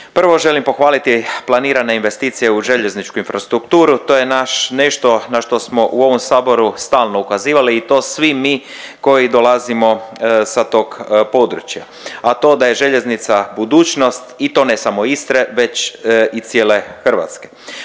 Prvo želim pohvaliti planirane investicije u željezničku infrastrukturu. To je naš nešto na što smo u ovom saboru stalno ukazivali i to svi mi koji dolazimo sa tog područja, a to da je željeznica budućnost i to ne samo Istre već i cijele Hrvatske.